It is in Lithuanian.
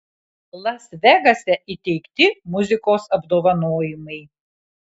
las vegase įteikti muzikos apdovanojimai